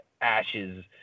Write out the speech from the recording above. ashes